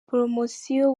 promosiyo